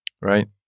right